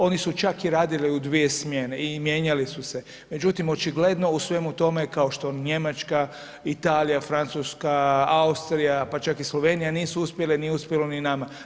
Oni su čak i radili u 2 smjene i mijenjali su se, međutim očigledno u svemu tome, kao što Njemačka, Italija, Francuska, Austrija pa čak ni Slovenija nisu uspjele nije uspjelo ni nama.